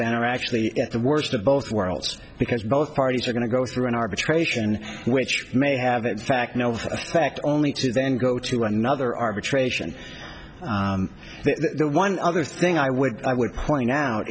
then are actually the worst of both worlds because both parties are going to go through an arbitration which may have its fact of fact only to then go to another arbitration the one other thing i would i would point out